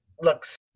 looks